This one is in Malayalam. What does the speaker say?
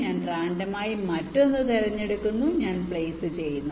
ഞാൻ റാൻഡമായി മറ്റൊന്ന് തിരഞ്ഞെടുക്കുന്നു ഞാൻ പ്ലെയ്സ് ചെയ്യുന്നു